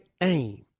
aim